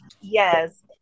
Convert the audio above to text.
Yes